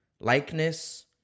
likeness